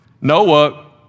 Noah